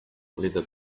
leather